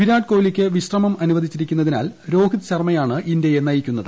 വിരാട് കോഹ്ലിക്ക് വിശ്രമം അനുവദിച്ചിരിക്കുന്നതിനാൽ രോഹിത് ശർമ്മയാണ് ഇന്ത്യയെ നയിക്കുന്നത്